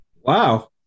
Wow